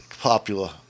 popular